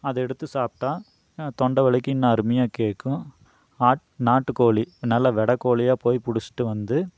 அதை எடுத்து சாப்பிட்டா தொண்டை வலிக்கு இன்னும் அருமையாக கேட்கும் ஆட் நாட்டுக்கோழி நல்லா வெடக்கோழியாக போய் புடிச்சிட்டு வந்து